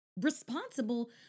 responsible